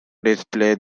displayed